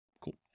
Cool